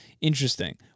Interesting